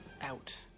out